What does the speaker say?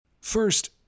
First